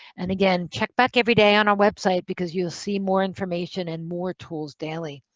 and again, check back every day on our website because you'll see more information and more tools daily.